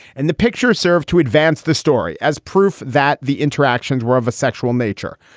and the pictures serve to advance this story as proof that the interactions were of a sexual nature.